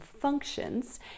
functions